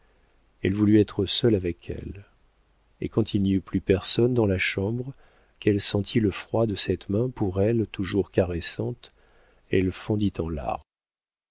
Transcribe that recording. elle voulut être seule avec elle et quand il n'y eut plus personne dans la chambre qu'elle sentit le froid de cette main pour elle toujours caressante elle fondit en larmes